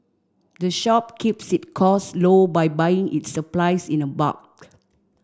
the shop keeps its costs low by buying its supplies in bulk